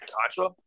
Contra